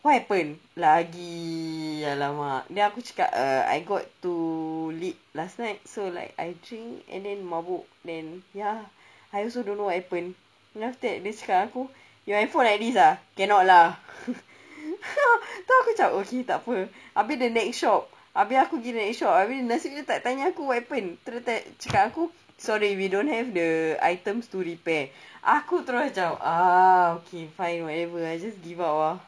what happened lagi !alamak! then aku cakap uh I got to lead last night so like I drink and then mabuk then ya I also don't know what happened then after that dia cakap dengan aku your iphone like this ah cannot lah tu aku macam okay takpe habis the next shop habis aku pergi next shop nasib baik dia tak tanya aku what happened terus cakap dengan aku sorry we don't have the items to repair aku terus macam ah okay fine whatever I just give up ah